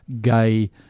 gay